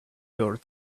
your